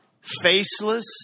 faceless